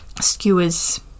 skewers